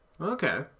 Okay